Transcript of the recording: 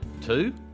Two